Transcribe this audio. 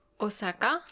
Osaka